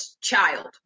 child